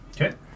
Okay